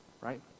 right